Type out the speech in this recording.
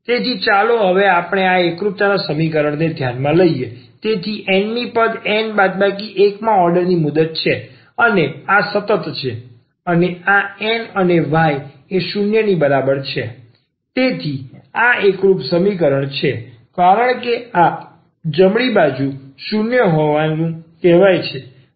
તેથી ચાલો આપણે આ એકરૂપતા સમીકરણને પહેલા ધ્યાનમાં લઈએ તેથી આ n મી પદ n બાદબાકી 1 માં ઓર્ડરની મુદત છે અને આ સતત છે અને આ n અને y એ 0 ની બરાબર છે તેથી આ એકરૂપ સમાન સમીકરણ છે કારણ કે આ જમણી બાજુ 0 હોવાનું કહેવાય છે